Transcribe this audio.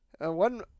one